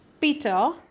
Peter